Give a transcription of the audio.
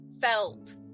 felt